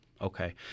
Okay